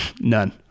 None